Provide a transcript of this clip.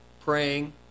praying